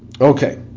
Okay